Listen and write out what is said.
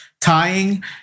tying